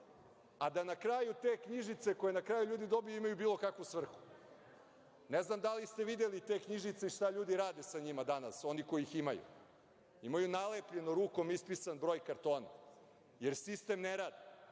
a da na kraju te knjižice koje na kraju ljudi dobiju imaju bilo kakvu svrhu. Ne znam da li ste videli te knjižice i šta ljudi rade sa njima danas, oni koji ih imaju. Imaju nalepljeno rukom ispisan broj kartona, jer sistem ne radi.